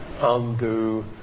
undo